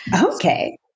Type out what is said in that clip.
Okay